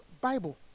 Bible